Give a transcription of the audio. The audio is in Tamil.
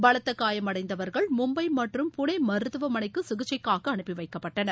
பலத்த காயமடைந்தவர்கள் மும்பை மற்றும் புனே மருத்துவமனைக்கு சிகிச்சைக்காக அனுப்பி வைக்கப்பட்டனர்